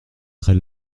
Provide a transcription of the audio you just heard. très